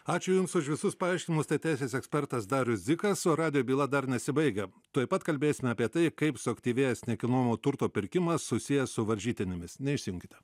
ačiū jums už visus paaiškinimus tai teisės ekspertas darius dzikas o radijo byla dar nesibaigia tuoj pat kalbėsime apie tai kaip suaktyvėjęs nekilnojamo turto pirkimas susijęs su varžytinėmis neišsijunkite